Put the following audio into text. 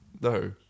No